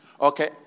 Okay